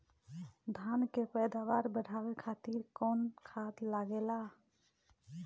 धान के पैदावार बढ़ावे खातिर कौन खाद लागेला?